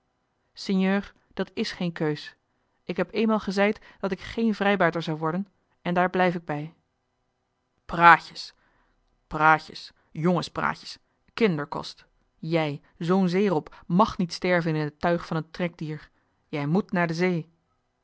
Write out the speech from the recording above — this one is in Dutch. sinjeur dat is geen keus ik heb eenmaal gezeid dat ik geen vrijbuiter zou worden en daar blijf ik bij praatjes jongenspraatjes kinderkost jij zoo'n zeerob màg niet sterven in het tuig van een trekdier jij moet naar de zee